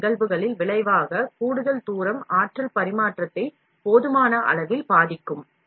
முறிவு நிகழ்வுகளின் விளைவாக கூடுதல் தூரம் ஆற்றல் பரிமாற்றத்தை போதுமான அளவில் பாதிக்கும்